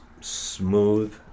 smooth